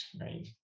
right